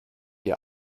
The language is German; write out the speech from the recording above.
ihr